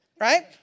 Right